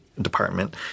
Department